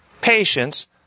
patience